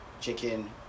chicken